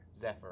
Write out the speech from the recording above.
Zephyr